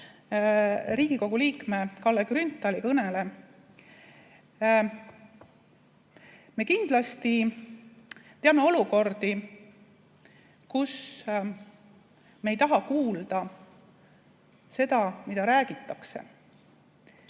Riigikogu liikme Kalle Grünthali kõnele. Me kindlasti teame olukordi, kus me ei taha kuulda seda, mida räägitakse.